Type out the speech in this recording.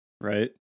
right